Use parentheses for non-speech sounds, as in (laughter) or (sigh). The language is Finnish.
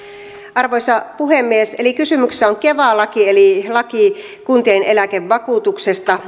arvoisa puhemies kysymyksessä on keva laki eli laki kuntien eläkevakuutuksesta (unintelligible)